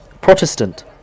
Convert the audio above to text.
Protestant